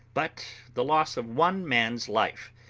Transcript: but the loss of one man's life,